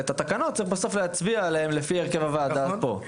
בסוף צריך להצביע על התקנות לפי הרכב הוועדה פה.